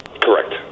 Correct